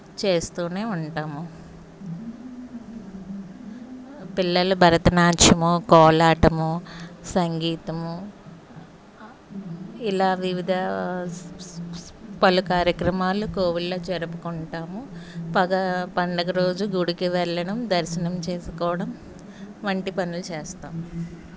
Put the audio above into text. చేస్తు ఉంటాము పిల్లలు భరతనాట్యం కోలాటం సంగీతం ఇలా వివిధ పలు కార్యక్రమాలు కోవెలలో జరుపుకుంటాము పగ పండుగ రోజు గుడికి వెళ్ళడం దర్శనం చేసుకోవడం వంటి పనులు చేస్తాం